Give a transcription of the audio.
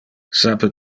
sape